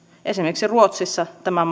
esimerkiksi ruotsissa tämä